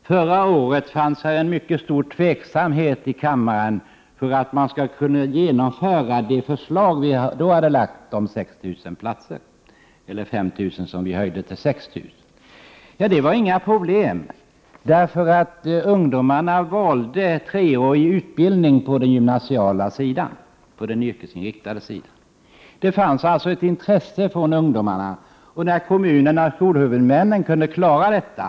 Förra året var det en mycket stor tveksamhet i kammaren beträffande möjligheterna att genomföra det förslag om en höjning från 5 000 till 6 000 platser som då förelåg. Det blev emellertid inget problem, för ungdomarna valde en treårig yrkesinriktad utbildning i gymnasieskolan. Ungdomarna visade alltså ett intresse, och kommunerna — skolhuvudmännen — kunde klara detta.